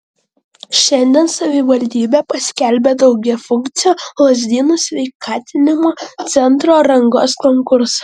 šiandien savivaldybė paskelbė daugiafunkcio lazdynų sveikatinimo centro rangos konkursą